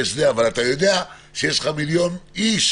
אבל אתה יודע שיש לך מיליון איש